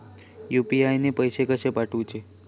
UPI ने पैशे कशे पाठवूचे?